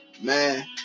Man